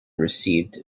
received